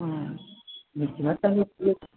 हा किमर्थम् इत्युक्ते